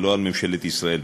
ולא על ממשלת ישראל,